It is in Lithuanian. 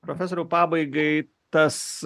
profesoriau pabaigai tas